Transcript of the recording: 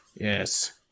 Yes